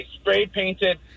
spray-painted